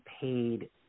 paid